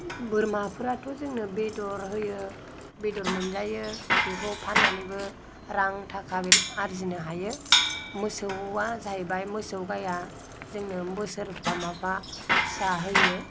बोरमाफोराथ' जोंनो बेदर होयो बेदर मोनजायो बेखौ फाननानैबो रां थाखा आरजिनो हायो मोसौआ जाहैबाय मोसौ गायआ जोंनो बोसोरफा माफा फिसा होयो